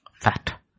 Fat